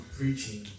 preaching